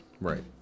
right